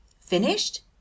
finished